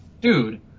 Dude